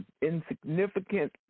insignificant